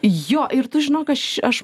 jo ir tu žinok aš aš